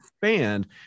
band